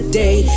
day